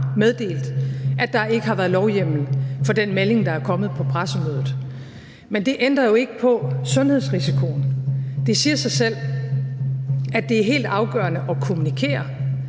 meddelt, at der ikke har været lovhjemmel til den melding, der er kommet på pressemødet. Men det ændrer jo ikke på sundhedsrisikoen. Det siger sig selv, at det er helt afgørende at kommunikere,